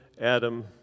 Adam